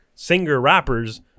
singer-rappers